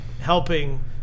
helping –